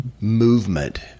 movement